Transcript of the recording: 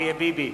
אריה ביבי,